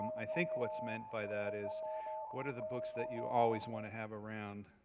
i think what's meant by that is what are the books that you always want to have around,